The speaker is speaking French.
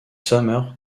summer